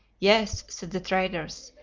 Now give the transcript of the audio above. yes, said the traders,